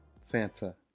Santa